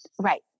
right